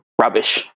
rubbish